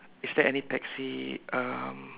is there any taxi um